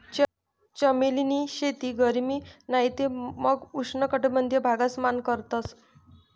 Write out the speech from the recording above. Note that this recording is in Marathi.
चमेली नी शेती गरमी नाही ते मंग उष्ण कटबंधिय भागस मान करतस